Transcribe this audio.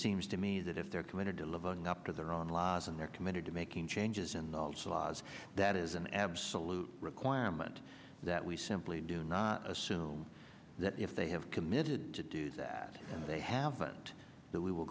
seems to me that if they're committed to living up to their own laws and they're committed to making changes and also laws that is an absolute requirement that we simply do not assume that if they have committed to do that they have but that we will